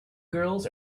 girls